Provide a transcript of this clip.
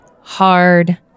Hard